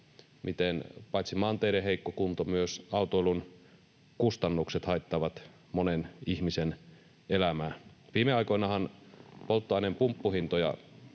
miten paitsi maanteiden heikko kunto myös autoilun kustannukset haittaavat monen ihmisen elämää. Viime aikoinahan polttoaineen pumppuhintoja